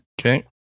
Okay